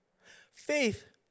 Faith